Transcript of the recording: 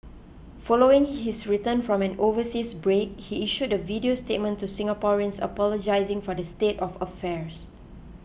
following his return from an overseas break he issued a video statement to Singaporeans apologising for the state of affairs